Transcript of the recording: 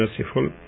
merciful